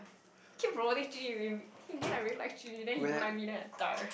keep promoting Jun-Yi in the end I really like Jun-Yi then he don't like me then I die